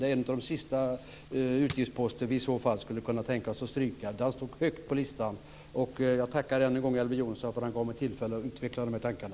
Det är en av de sista utgiftsposter som vi skulle kunna tänka oss att stryka. Detta står högt på listan. Jag tackar än en gång Elver Jonsson för att han gav mig tillfälle att utveckla de här tankarna.